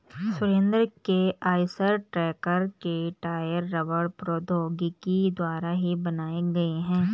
सुरेंद्र के Eicher tractor के tyre रबड़ प्रौद्योगिकी द्वारा ही बनाए गए हैं